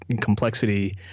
complexity